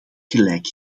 gelijk